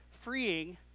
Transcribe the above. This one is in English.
freeing